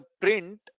print